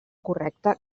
correcta